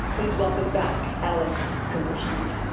please welcome back alex kupershmidt.